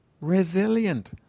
resilient